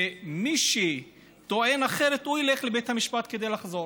ומי שטוען אחרת, הוא ילך לבית המשפט כדי לחזור.